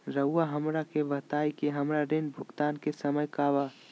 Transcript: रहुआ हमरा के बताइं कि हमरा ऋण भुगतान के समय का बा?